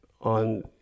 on